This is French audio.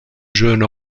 jeune